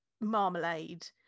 marmalade